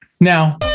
Now